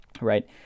right